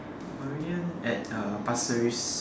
meridian at pasir-ris